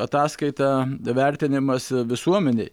ataskaita vertinimas visuomenei